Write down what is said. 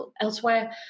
elsewhere